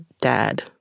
dad